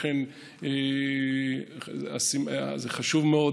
לכן זה חשוב מאוד.